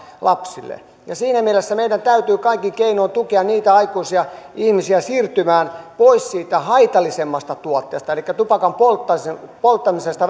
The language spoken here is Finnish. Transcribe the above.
lapsille siinä mielessä meidän täytyy kaikin keinoin tukea niitä aikuisia ihmisiä siirtymään pois siitä haitallisemmasta tuotteesta elikkä tupakan polttamisesta polttamisesta